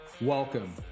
Welcome